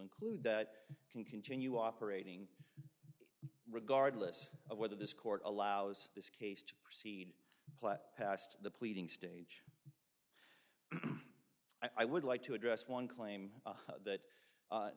include that can continue operating regardless of whether this court allows this case to proceed past the pleading stage i would like to address one claim that